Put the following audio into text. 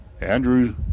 Andrew